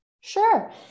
Sure